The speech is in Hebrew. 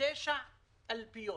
תשע אלפיות.